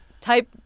type